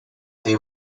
they